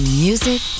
music